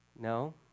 No